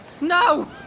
No